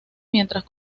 mientras